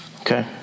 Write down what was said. Okay